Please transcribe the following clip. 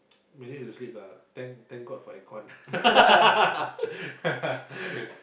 manage to sleep lah thank thank god for aircon